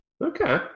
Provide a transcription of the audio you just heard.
Okay